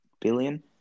billion